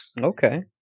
okay